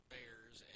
Bears